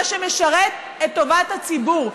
מה שמשרת את טובת הציבור.